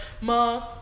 Mom